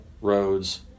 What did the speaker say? roads